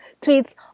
tweets